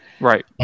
right